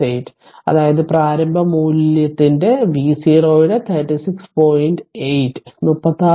368 അതായത് പ്രാരംഭ മൂല്യത്തിന്റെ v0 യുടെ 36